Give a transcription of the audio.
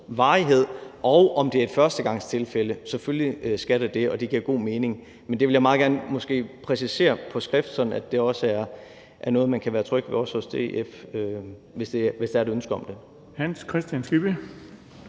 varighed, og om det er et førstegangstilfælde; selvfølgelig skal der det, og det giver god mening. Men det vil jeg meget gerne præcisere på skrift, sådan at det også er noget, man kan være tryg ved, også hos DF, hvis der er et ønske om det. Kl. 14:48 Den fg.